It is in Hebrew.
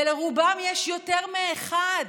ולרובם יש יותר מאחד,